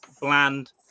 bland